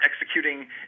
executing